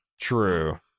True